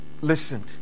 listened